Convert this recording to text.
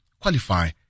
Qualify